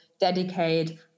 dedicate